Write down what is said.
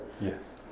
Yes